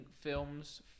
films